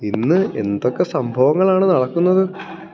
ഇന്ന് എന്തൊക്കെ സംഭവങ്ങളാണ് നടക്കുന്നത്